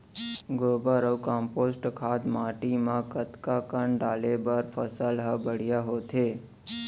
गोबर अऊ कम्पोस्ट खाद माटी म कतका कन डाले बर फसल ह बढ़िया होथे?